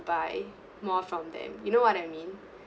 buy more from them you know what I mean